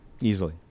Easily